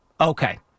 Okay